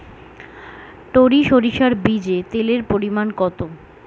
টরি সরিষার বীজে তেলের পরিমাণ কত?